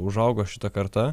užaugo šita karta